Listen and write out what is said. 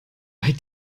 bei